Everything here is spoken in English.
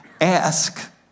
ask